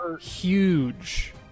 huge